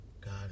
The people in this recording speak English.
God